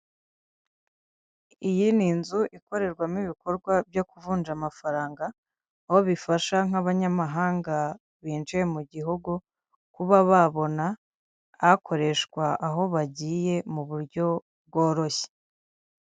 Iyi ni inzu ikorerwamo ibikorwa byo kuvunja amafaranga, aho bifasha nk'abanyamahanga binjiye mu gihugu kuba babona akoreshwa aho bagiye mu buryo bworoshye.